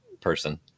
person